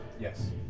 Yes